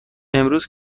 امروز